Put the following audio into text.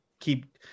keep